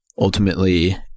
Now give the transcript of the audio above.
Ultimately